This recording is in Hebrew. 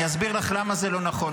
אני אסביר לך למה זה לא נכון,